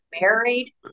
married